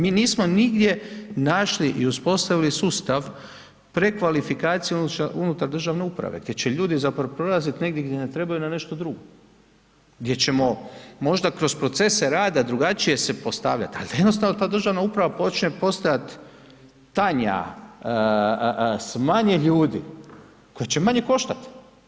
Mi nismo nigdje našli i uspostavili sustav prekvalifikacije unutar državne uprave, gdje će ljudi zapravo prelaziti negdje gdje ne trebaju na nešto drugo, gdje ćemo možda kroz procese rada drugačije se postavljati, ali jednostavno ta državna uprava počinje postajati tanja, s manje ljudi, to će manje koštati.